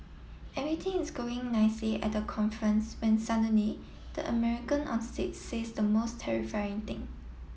everything is going nicely at the conference when suddenly the American on stage says the most terrifying thing